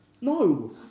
No